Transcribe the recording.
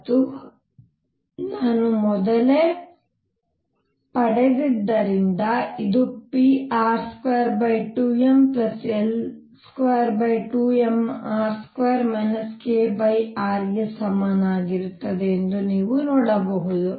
ಮತ್ತು ನಾವು ಮೊದಲೇ ಪಡೆದದ್ದರಿಂದ ಇದು pr22mL22mr2 krಗೆ ಸಮನಾಗಿರುತ್ತದೆ ಎಂದು ನೀವು ನೋಡಬಹುದು